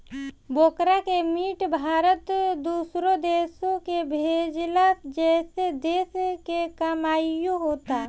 बकरा के मीट भारत दूसरो देश के भेजेला जेसे देश के कमाईओ होता